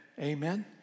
Amen